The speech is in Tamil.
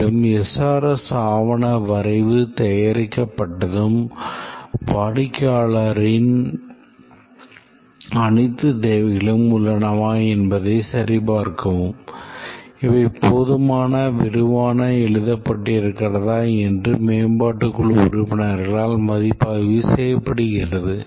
மேலும் SRS ஆவண வரைவு தயாரிக்கப்பட்டதும் வாடிக்கையாளரின் அனைத்து தேவைகளும் உள்ளனவா என்பதை சரிபார்க்கவும் இவை போதுமான விரிவாக எழுதப்பட்டிருக்கிறதா என்று மேம்பாட்டுக் குழு உறுப்பினர்களால் மதிப்பாய்வு செய்யப்படுகிறது